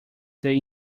they